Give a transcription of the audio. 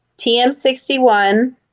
TM61